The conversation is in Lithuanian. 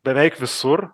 beveik visur